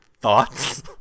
Thoughts